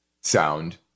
sound